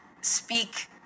speak